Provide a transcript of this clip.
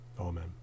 Amen